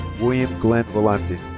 william glenn volante.